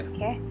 Okay